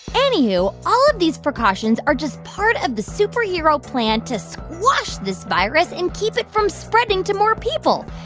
anywho, all of these precautions are just part of the superhero plan to squash this virus and keep it from spreading to more people.